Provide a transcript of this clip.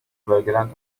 bölgeden